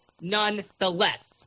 nonetheless